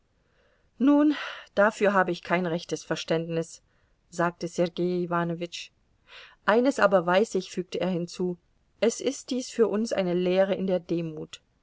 nun dafür habe ich kein rechtes verständnis sagte sergei iwanowitsch eines aber weiß ich fügte er hinzu es ist dies für uns eine lehre in der demut